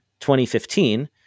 2015